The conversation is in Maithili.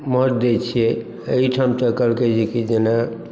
महत्त्व दै छियै अइठाम तऽ कहलकै जेकि जेना